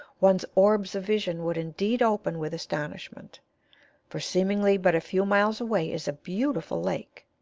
one's orbs of vision would indeed open with astonishment for seemingly but a few miles away is a beautiful lake,